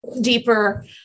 deeper